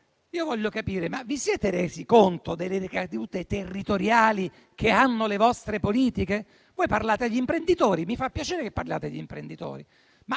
Voglio capire se vi siete resi conto delle ricadute territoriali che hanno le vostre politiche. Voi parlate agli imprenditori. Mi fa piacere che parliate agli imprenditori,